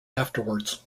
afterwards